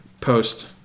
post